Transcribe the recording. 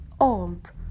old